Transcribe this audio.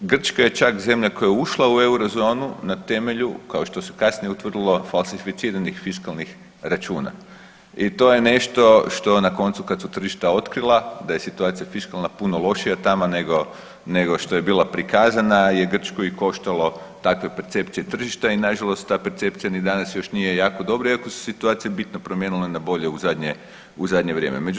Grčka je čak zemlja koja je ušla u eurozonu na temelju, kao što se kasnije utvrdilo, falsificiranih fiskalnih računa i to je nešto što na koncu kad su tržišta otkrila da je situacija fiskalna puno lošija tamo nego, nego što je bila prikazana je Grčku i koštalo takve percepcije tržišta i nažalost ta percepcija ni danas još nije jako dobra iako se situacija bitno promijenila na bolje u zadnje, u zadnje vrijeme.